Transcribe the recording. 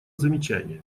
замечания